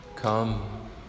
Come